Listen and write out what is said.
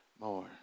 More